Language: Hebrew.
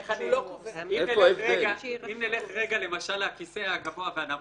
אם נלך רגע לדוגמה של הכיסא הגבוה והנמוך,